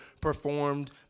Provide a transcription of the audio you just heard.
performed